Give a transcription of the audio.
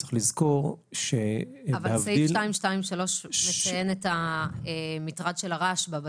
צריך לזכור ש --- אבל סעיף 223 מציין את מטרד הרעש בבתים.